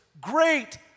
great